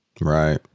Right